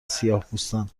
سیاهپوستان